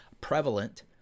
prevalent